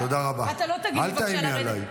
אתה לא תגיד לי בבקשה לרדת --- אל תאיימי עליי.